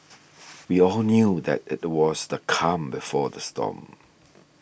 we all knew that it was the calm before the storm